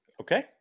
Okay